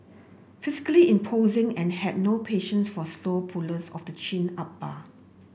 physically imposing and had no patience for slow pullers of the chin up bar